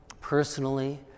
personally